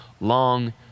long